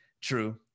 True